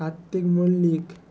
Kartik Mallick